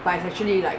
but it's actually like